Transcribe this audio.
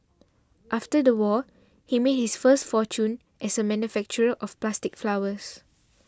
after the war he made his first fortune as a manufacturer of plastic flowers